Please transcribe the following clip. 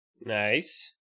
Nice